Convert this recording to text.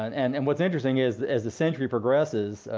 and and what's interesting is, as the century progresses,